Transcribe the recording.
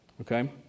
Okay